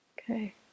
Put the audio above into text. Okay